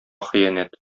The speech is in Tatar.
хыянәт